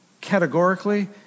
categorically